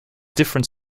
different